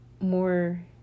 more